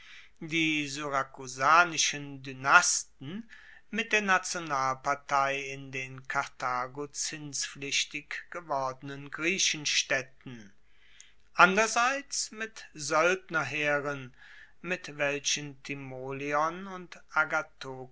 die syrakusanischen dynasten mit der nationalpartei in den karthago zinspflichtig gewordenen griechenstaedten anderseits mit soeldnerheeren mit welchen timoleon und